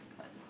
uh